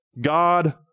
God